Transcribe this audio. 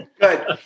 Good